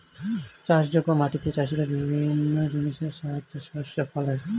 চাষযোগ্য মাটিতে চাষীরা বিভিন্ন জিনিসের সাহায্যে শস্য ফলায়